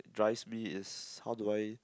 drives me is how do I